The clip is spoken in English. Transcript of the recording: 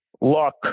Luck